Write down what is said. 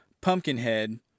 Pumpkinhead